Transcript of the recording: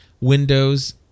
Windows